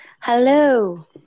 Hello